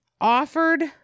offered